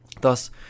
Thus